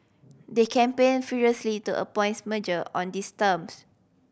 they campaigned furiously to merger on these terms